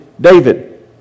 David